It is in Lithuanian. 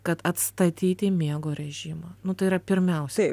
kad atstatyti miego režimą tai yra pirmiausias